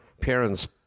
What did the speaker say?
parents